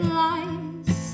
lies